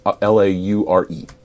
L-A-U-R-E